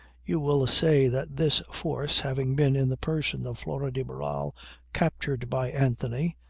you will say that this force having been in the person of flora de barral captured by anthony.